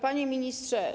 Panie Ministrze!